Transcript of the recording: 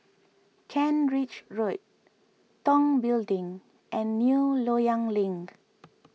Kent Ridge Road Tong Building and New Loyang Link